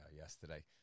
yesterday